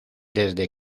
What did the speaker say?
desde